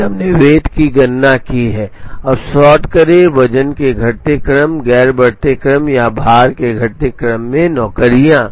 और फिर हमने वेट की गणना की है अब सॉर्ट करें वजन के घटते क्रम गैर बढ़ते क्रम या भार के घटते क्रम में नौकरियां